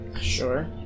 Sure